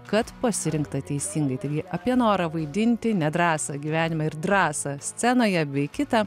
kad pasirinkta teisingai taigi apie norą vaidinti nedrąsą gyvenime ir drąsą scenoje bei kitą